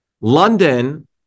London